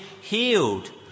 healed